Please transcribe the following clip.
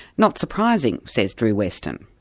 not surprising says drew westen.